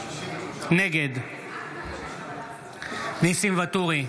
נגד ניסים ואטורי,